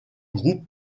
groupe